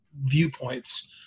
viewpoints